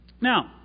Now